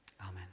Amen